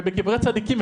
ובקברי צדיקים,